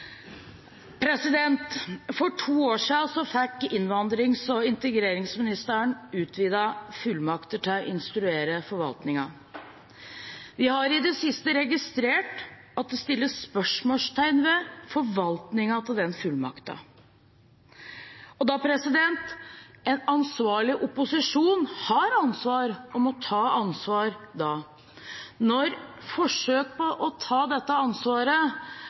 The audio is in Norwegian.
For to år siden fikk innvandrings- og integreringsministeren utvidet fullmakt til å instruere forvaltningen. Vi har i det siste registrert at det settes spørsmålstegn ved forvaltningen av den fullmakten. En ansvarlig opposisjon har ansvar – og må ta ansvar – da. Når forsøk på å ta dette ansvaret